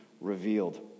revealed